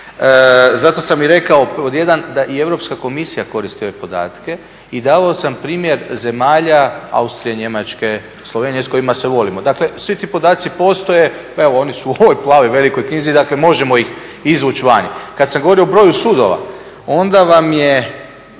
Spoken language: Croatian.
Zato sam i rekao pod 1 da i Europska komisija koristi ove podatke i dao sam primjer zemlja Austrije, Njemačke, Slovenije s kojima se volimo. Dakle svi ti podaci postoje pa evo oni su u ovoj plavoj velikoj knjizi dakle možemo ih izvući vani. Kada sam govorio o broju sudova onda vam je